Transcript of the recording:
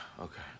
Okay